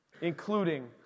Including